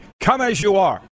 come-as-you-are